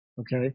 okay